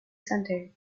sunday